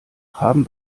haben